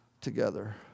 together